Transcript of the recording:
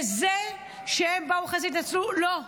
וזה שהם באו אחרי זה והתנצלו, לא,